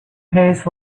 pays